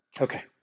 Okay